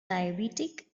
diabetic